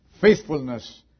faithfulness